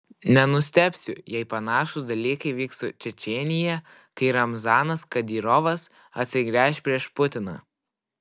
nenustebsiu jei panašūs dalykai vyks su čečėnija kai ramzanas kadyrovas atsigręš prieš putiną